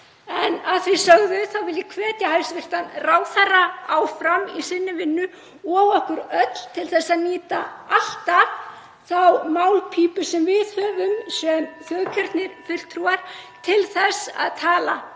En að því sögðu vil ég hvetja hæstv. ráðherra áfram í sinni vinnu og okkur öll til að nýta alltaf þá málpípu sem við höfum sem þjóðkjörnir fulltrúar til þess að tala